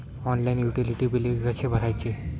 Online utility बिले कसे भरायचे?